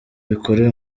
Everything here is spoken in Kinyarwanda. bikorewe